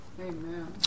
Amen